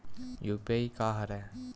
UPI का हरय?